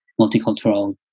multicultural